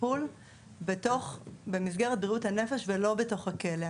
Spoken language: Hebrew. שצריכה לקבל טיפול במסגרת בריאות הנפש ולא בתוך הכלא.